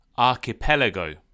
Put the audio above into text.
Archipelago